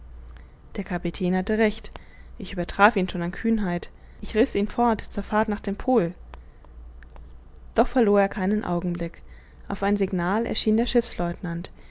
der kapitän hatte recht ich übertraf ihn schon an kühnheit ich riß ihn fort zur fahrt nach dem pol doch verlor er keinen augenblick auf ein signal erschien der